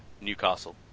Newcastle